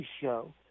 show